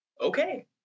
okay